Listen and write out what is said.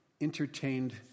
entertained